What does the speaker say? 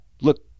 look